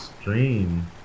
stream